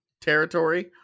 territory